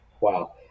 Wow